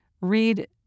read